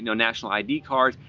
national id cards,